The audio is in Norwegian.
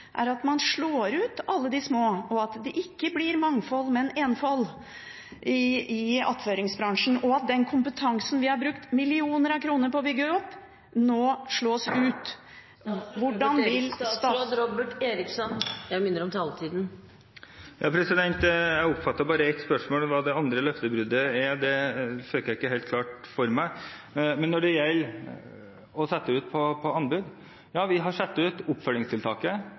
kontrakter. Det man risikerer, derimot, er at man slår ut alle de små, og at det ikke blir mangfold, men enfold i attføringsbransjen, og at den kompetansen vi har brukt millioner av kroner på å bygge opp, nå slås ut. Hvordan vil statsråden… Presidenten minner om taletiden. Jeg oppfattet bare ett spørsmål, og hva det andre løftebruddet er, fikk jeg ikke helt klart for meg. Når det gjelder å sette det ut på anbud, har vi satt oppfølgingstiltaket og avklaringstiltaket ut på anbud.